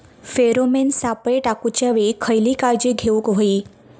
Pheromone सापळे टाकूच्या वेळी खयली काळजी घेवूक व्हयी?